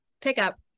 pickup